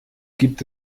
gibt